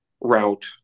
route